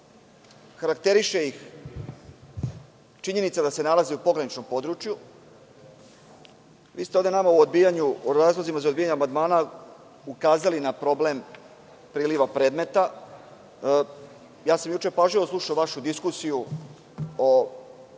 Karakteriše ih činjenica da se nalaze u pograničnom području. Vi ste ovde nama, u razlozima za odbijanje amandmana, ukazali na problem priliva predmeta. Juče sam pažljivo slušao vašu diskusiju o